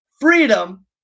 freedom